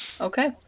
okay